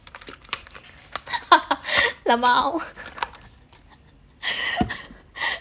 LMAO